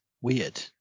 weird